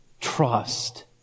trust